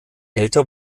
älter